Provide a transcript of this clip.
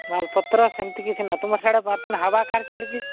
ମାଲ୍ ପତ୍ର ସେମିତି କିଛି ନା ତୁମ ସିଆଡ଼େ ବର୍ତ୍ତମାନ ହାୱା କାହାର ଚାଲିଛି